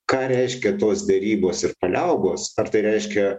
ką reiškia tos derybos ir paliaubos ar tai reiškia